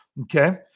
Okay